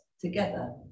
together